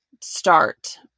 start